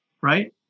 right